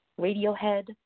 Radiohead